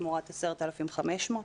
תמורת 10,500 שקלים.